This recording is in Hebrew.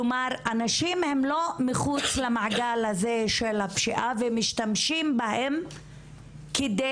כלומר הנשים הן לא מחוץ למעגל הזה של השפיעה ומשתמשים בהן כדי